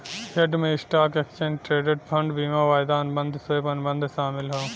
hedge में stock, exchange traded fund, बीमा, वायदा अनुबंध, स्वैप, अनुबंध शामिल हौ